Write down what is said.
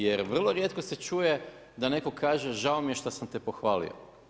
Jer vrlo rijetko se čuje da netko kaže žao mi je što sam te pohvalio.